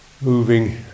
moving